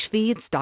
Feeds